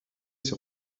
ces